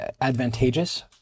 advantageous